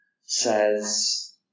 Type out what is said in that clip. says